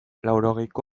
laurogeiko